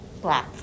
Black